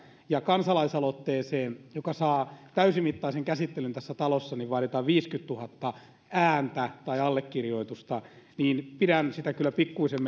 ja kansalaisaloitteeseen joka saa täysimittaisen käsittelyn tässä talossa vaaditaan viisikymmentätuhatta ääntä tai allekirjoitusta pidän sitä kyllä pikkuisen